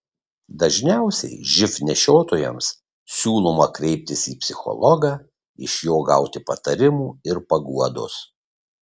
dažniausiai živ nešiotojams siūloma kreiptis į psichologą iš jo gauti patarimų ir paguodos